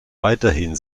weiterhin